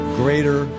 greater